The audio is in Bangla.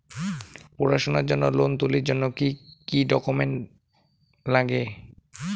পড়াশুনার জন্যে লোন তুলির জন্যে কি কি ডকুমেন্টস নাগে?